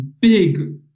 big